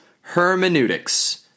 hermeneutics